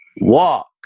walk